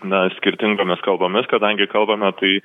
na skirtingomis kalbomis kadangi kalbame tai